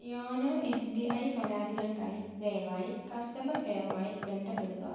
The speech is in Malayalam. യോനോ എസ് ബി ഐ പരാതികൾക്കായി ദയവായി കസ്റ്റമർ കെയറുമായി ബന്ധപ്പെടുക